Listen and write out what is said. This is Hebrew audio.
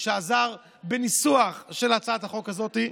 שעזר בניסוח של הצעת החוק הזאת,